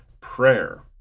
prayer